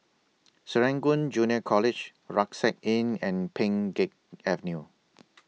Serangoon Junior College Rucksack Inn and Pheng Geck Avenue